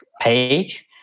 page